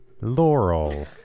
laurel